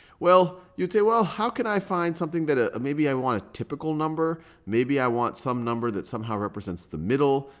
well, you'd say, well, how can i find something that ah maybe i want a typical number. maybe i want some number that somehow represents the middle.